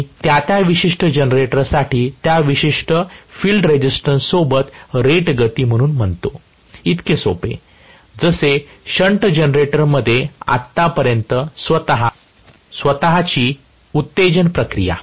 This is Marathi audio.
आम्ही त्या त्या विशिष्ट जनरेटरसाठी त्या विशिष्ट फील्ड रेझिस्टन्स सोबत रेट गती म्हणून म्हणतो इतके सोपे जसे शंट जनरेटरमध्ये आतापर्यंत स्वत ची उत्तेजन प्रक्रिया